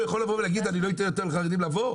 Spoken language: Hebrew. הוא יכול לבוא ולהגיד 'אני לא אתן יותר לחרדים לבוא'?